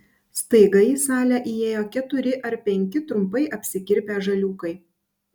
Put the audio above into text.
staiga į salę įėjo keturi ar penki trumpai apsikirpę žaliūkai